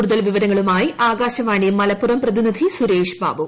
കൂടുതൽ വിവരങ്ങളുമായി ആകാശവാണി മലപ്പുറം പ്രതിനിധി സുരേഷ് ബാബു